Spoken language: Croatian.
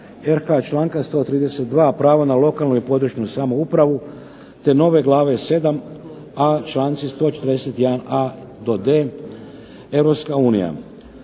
RH. Članka 132. prava na lokalnu i područnu samoupravu, te nove Glave VII, a članci 141a. do d)